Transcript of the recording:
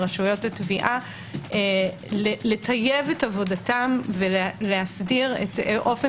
לרשויות התביעה לטייב עבודתם ולהסדיר את אופן